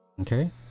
Okay